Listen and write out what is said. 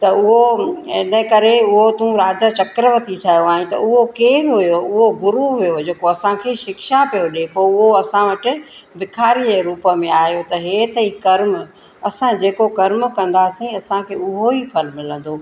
त उहो हिन करे उहो तूं राजा चक्करवती ठहियो आहे त उहो केरु हुओ हुओ गुरू हुओ जेको असांखे शिक्षा पियो ॾिए पोइ उहो असां वटि बिखारी जे रूप में आहियो त इहे अथईं कर्म असां जेको कर्म कंदा असी असांखे उहो ई फल मिलंदो